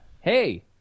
Hey